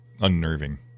unnerving